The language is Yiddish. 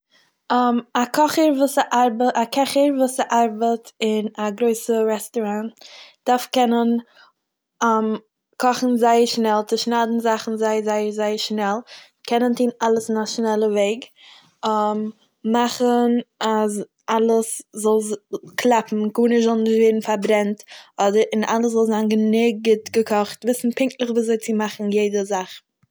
א קאכער וואס ס'ארבעט- א קעכער וואס ס'ארבעט אין א גרויסע רעסטוראנט דארף קענען קאכן זייער שנעל, צושניידן זאכן זייער זייער זייער שנעל, קענען טוהן אלעס אין א שנעלע וועג, מאכן אז אלעס זא- זאל קלאפן, גארנישט זאל נישט ווערן פארברענט, אדער- און אלעס זאל זיין גענוג גוט געקאכט, וויסן פונקטליך ווי אזוי צו מאכן יעדע זאך.